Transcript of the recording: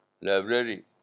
library